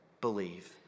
believe